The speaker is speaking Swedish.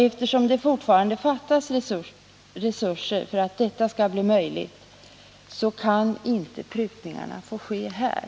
Eftersom det fortfarande fattas resurser för att detta skall bli möjligt, kan inte prutningarna få ske här.